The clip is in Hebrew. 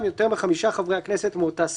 יותר מחמישה חברי הכנסת מאותה סיעה: